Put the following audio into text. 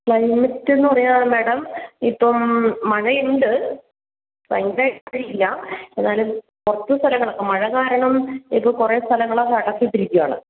ക്ലൈമറ്റെന്ന് പറയാൻ മാഡം ഇപ്പം മഴയുണ്ട് കഴിഞ്ഞ അത്രയും ഇല്ല എന്നാലും കുറച്ച് സ്ഥലങ്ങളൊക്കെ മഴകാരണം ഇപ്പം കുറെ സ്ഥലങ്ങളൊക്കെ അടച്ചിട്ടിരിക്കുവാണ്